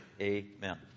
Amen